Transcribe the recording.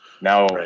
Now